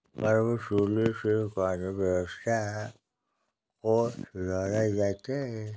करवसूली से कानूनी व्यवस्था को सुधारा जाता है